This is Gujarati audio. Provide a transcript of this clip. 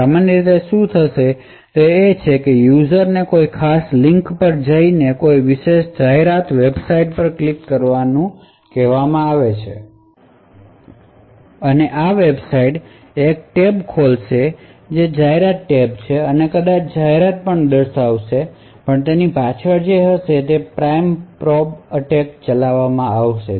તેથી સામાન્ય રીતે શું થશે તે તે છે કે યુઝરને કોઈ ખાસ લિંક્સ પર જઇને કોઈ વિશેષ જાહેરાત વેબસાઇટ પર ક્લિક કરવાનું કહેવામા આવ્યું છે અને આ વેબસાઇટ એક ટેબ ખોલશે જે એક જાહેરાત ટેબ છે અને કદાચ જાહેરાત દર્શાવશે પણ તે પાછળ તે હશે પ્રાઇમ અને પ્રોબ એટેક ચલાવશે